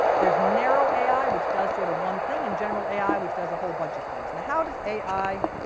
there's narrow ai which does sort of one thing, and general ai which does a whole bunch of things. now how does ai,